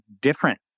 different